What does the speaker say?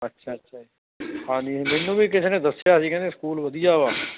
ਅੱਛਾ ਅੱਛਾ ਜੀ ਹਾਂਜੀ ਮੈਨੂੰ ਵੀ ਕਿਸੇ ਨੇ ਦੱਸਿਆ ਸੀ ਕਹਿੰਦੇ ਸਕੂਲ ਵਧੀਆ ਵਾ